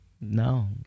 No